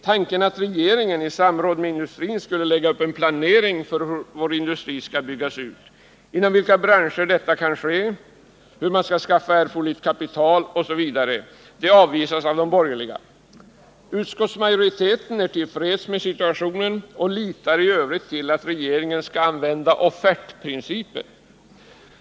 Tanken att regeringen i samråd med industrin skulle lägga upp en planering för hur vår industri skall byggas ut — inom vilka branscher detta kan ske, hur man skall skaffa erforderligt kapital osv. — avvisas av de borgerliga. Utskottsmajoriteten är till freds med situationen och litar i övrigt till att regeringen skall använda offertprincipen.